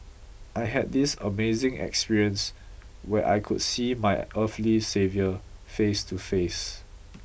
I had this amazing experience where I could see my earthly saviour face to face